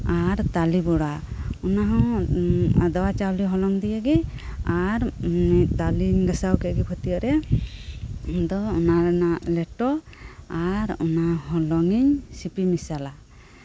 ᱟᱨ ᱛᱟᱞᱮ ᱵᱚᱲᱟ ᱚᱱᱟᱦᱚᱸ ᱟᱫᱽᱣᱟ ᱪᱟᱣᱞᱮ ᱦᱚᱞᱚᱝ ᱫᱤᱭᱮᱜᱮ ᱟᱨ ᱛᱟᱞᱮᱧ ᱜᱟᱥᱟᱣ ᱠᱮᱫ ᱜᱮ ᱯᱷᱟᱹᱛᱭᱟᱹᱜ ᱨᱮ ᱟᱫᱚ ᱚᱱᱟ ᱨᱮᱱᱟᱜ ᱞᱮᱴᱚ ᱟᱨ ᱚᱱᱟ ᱦᱚᱞᱚᱝ ᱤᱧ ᱥᱤᱯᱤ ᱢᱮᱥᱟᱞᱟ